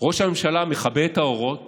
ראש הממשלה מכבה את האורות